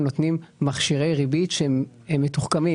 נותנים מכשירי ריבית שהם מתוחכמים,